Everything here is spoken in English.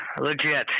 legit